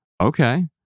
Okay